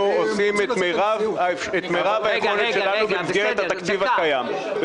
אנחנו עושים את מירב המאמצים במסגרת התקציב הקיים,